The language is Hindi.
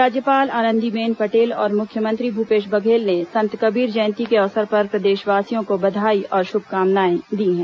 राज्यपाल आनंदीबेन पटेल और मुख्यमंत्री भूपेश बघेल ने संत कबीर जयंती के अवसर पर प्रदेशवासियों को बधाई और शुभकामनाएं दी हैं